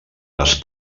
les